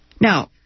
Now